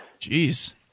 Jeez